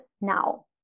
now